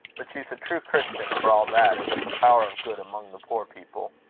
but she's a true christian for all that, and does a power of good among the poor people.